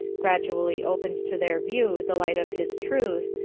gradually opens to their view the light of his truth,